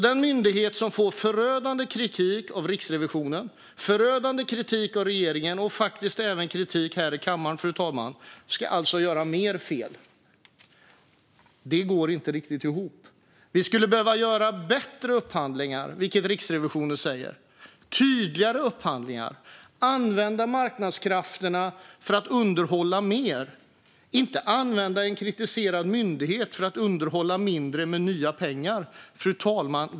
Den myndighet som får förödande kritik av Riksrevisionen, förödande kritik av regeringen och faktiskt även kritik i kammaren ska alltså göra mer fel. Det går inte riktigt ihop. Vi skulle behöva göra bättre upphandlingar, vilket Riksrevisionen säger, tydligare upphandlingar, använda marknadskrafterna för att underhålla mer, inte använda en kritiserad myndighet för att underhålla mindre med nya pengar. Fru talman!